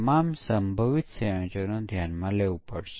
આ પ્રવૃત્તિઓ વિવિધ વિકાસ તબક્કા દરમ્યાન પ્રોગ્રામર દ્વારા કરવામાં છે